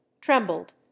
trembled